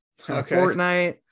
Fortnite